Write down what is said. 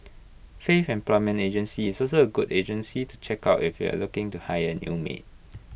faith employment agency is also A good agency to check out if you are looking to hire A new maid